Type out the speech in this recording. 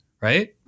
right